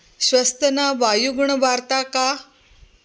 श्वस्तना वायुगुणवार्ता का